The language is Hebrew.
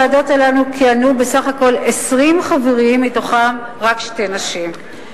אני לא יכול לומר לך שאין מקומות אחרים במדינת ישראל שאולי